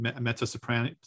mezzo-soprano